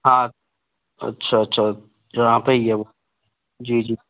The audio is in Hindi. हाँ अच्छा अच्छा यहाँ पे ही है वो जी जी